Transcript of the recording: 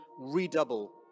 redouble